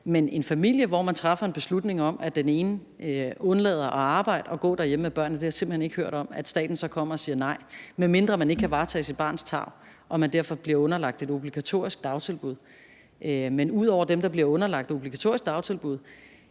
til en familie, hvor man træffer en beslutning om, at den ene undlader at arbejde og går derhjemme med børnene, har jeg simpelt hen ikke hørt om, at staten så kommer og siger nej. Med mindre man ikke kan varetage sit barns tarv, og man derfor bliver underlagt et obligatorisk dagtilbud. Men ud over dem, der bliver underlagt et obligatorisk dagtilbud,